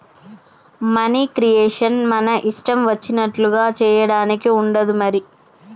money creation మన ఇష్టం వచ్చినట్లుగా చేయడానికి ఉండదు మరి